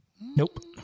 nope